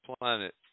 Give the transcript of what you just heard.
planet